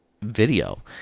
video